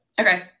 okay